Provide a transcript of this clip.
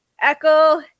Echo